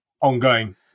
ongoing